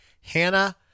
Hannah